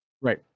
Right